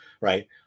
right